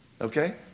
Okay